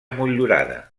motllurada